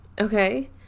okay